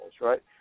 right